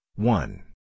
One